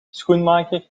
schoenmaker